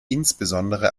insbesondere